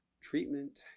Treatment